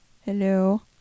Hello